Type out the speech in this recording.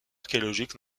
archéologique